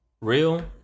Real